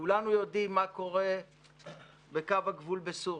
כולנו יודעים מה קורה בקו הגבול בסוריה.